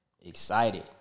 excited